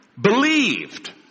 believed